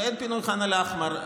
ואין פינוי ח'אן אל-אחמר.